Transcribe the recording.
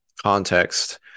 context